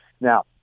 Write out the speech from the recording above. Now